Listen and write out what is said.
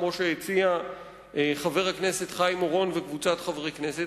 כמו שהציעו חבר הכנסת חיים אורון וקבוצת חברי הכנסת,